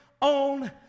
on